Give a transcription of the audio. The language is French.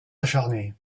acharnés